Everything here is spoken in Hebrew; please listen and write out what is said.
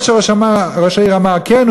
מה שראש העיר אמר כן,